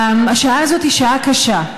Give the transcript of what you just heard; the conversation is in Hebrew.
השעה הזאת היא שעה קשה.